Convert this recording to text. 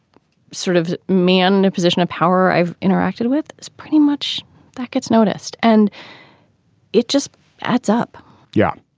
sort of man, a position of power i've interacted with pretty much that gets noticed. and it just adds up yeah.